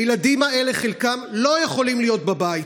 הילדים האלה, חלקם לא יכולים להיות בבית,